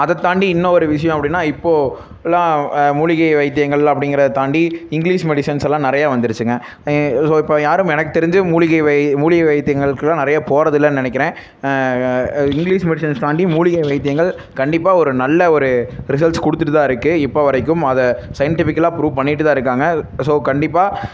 அதைத்தாண்டி இன்னும் ஒரு விஷயம் அப்படின்னா இப்போது எல்லாம் மூலிகை வைத்தியங்கள் அப்படிங்கிறத தாண்டி இங்கிலீஷ் மெடிஷன்ஸெல்லாம் நிறையா வந்திருச்சுங்க இப்போ யாரும் எனக்கு தெரிந்து மூலிகை வை மூலிகை வைத்தியங்களுக்கெல்லாம் நிறைய போகிறதில்லன் நினைக்கிறேன் இங்கிலீஷ் மெடிஷன்ஸ் தாண்டி மூலிகை வைத்தியங்கள் கண்டிப்பாக ஒரு நல்ல ஒரு ரிசல்ட்ஸ் கொடுத்துட்டுதான் இருக்குது இப்போ வரைக்கும் அதை சயின்டிஃபிக்கலாக ப்ரூஃப் பண்ணிட்டுதான் இருக்காங்க ஸோ கண்டிப்பாக